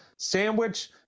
sandwich